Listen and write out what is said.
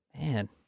Man